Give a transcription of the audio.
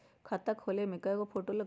खाता खोले में कइगो फ़ोटो लगतै?